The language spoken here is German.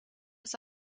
ist